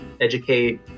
educate